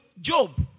Job